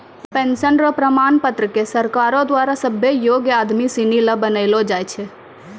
pension र प्रमाण पत्र क सरकारो द्वारा सभ्भे योग्य आदमी सिनी ल बनैलो जाय छै